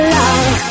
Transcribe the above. love